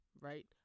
right